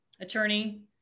attorney